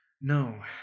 No